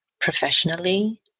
professionally